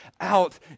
out